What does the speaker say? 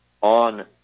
on